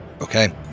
Okay